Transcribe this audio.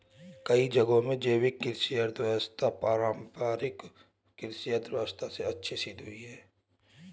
कई जगहों में जैविक कृषि अर्थव्यवस्था पारम्परिक कृषि अर्थव्यवस्था से अच्छी सिद्ध हुई है